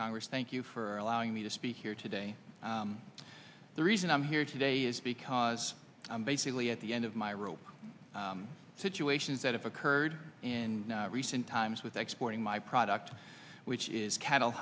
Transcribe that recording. congress thank you for allowing me to speak here today the reason i'm here today is because i'm basically at the end of my rope situations that have occurred and recent times with exporting my product which is cattle